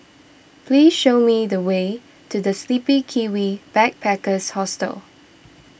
please show me the way to the Sleepy Kiwi Backpackers Hostel